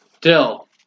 Dill